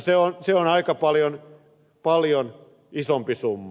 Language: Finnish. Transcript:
se on aika paljon isompi summa